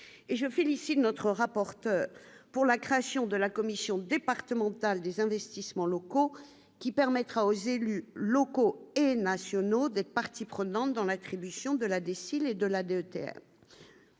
je félicite notre rapporteur pour la création de la commission départementale des investissements locaux qui permettra aux élus locaux et nationaux d'être partie prenante dans l'attribution de la destinée de la de